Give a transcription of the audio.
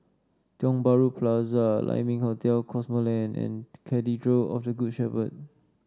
Tiong Bahru Plaza Lai Ming Hotel Cosmoland and Cathedral of the Good Shepherd